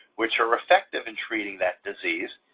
which are effective in treating that disease,